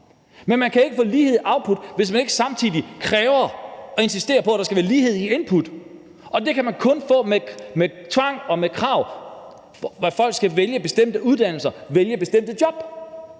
Men man kan jo ikke få lighed i output, hvis man ikke samtidig kræver og insisterer på, at der skal være lighed i input, og det kan man kun få med tvang og med krav om, at folk skal vælge bestemte uddannelser og vælge bestemte job.